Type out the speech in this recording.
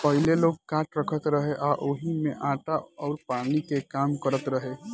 पहिले लोग काठ रखत रहे आ ओही में आटा अउर पानी के काम करत रहे